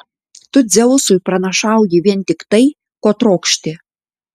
tu dzeusui pranašauji vien tik tai ko trokšti